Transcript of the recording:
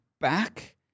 back